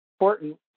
important